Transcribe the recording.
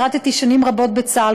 שירתי שנים רבות בצה"ל,